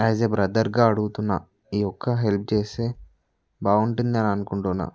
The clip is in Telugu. యాజ్ ఏ బ్రదర్గా అడుగుతున్నాను ఈ ఒక్క హెల్ప్ చేస్తే బాగుంటుంది అని అనుకుంటున్నాను